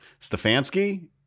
Stefanski